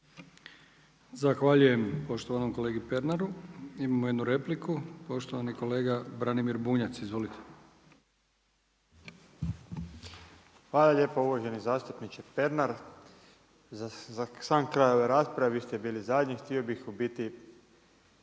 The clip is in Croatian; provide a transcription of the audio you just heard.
Zahvaljujem poštovanom kolegi Pernaru. Imamo jednu repliku, poštovani kolega Branimir Bunjac. Izvolite. **Bunjac, Branimir (Živi zid)** Hvala lijepo uvaženi zastupniče Pernar. Za sam kraj ove rasprave, vi ste bili zadnji, htio bih u biti